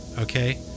Okay